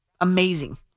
Amazing